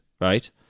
right